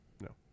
No